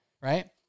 Right